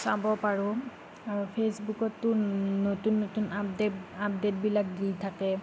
চাব পাৰোঁ আৰু ফেচবুকতটো নতুন নতুন আপডেপ আপডেটবিলাক দি থাকে